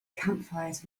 campfires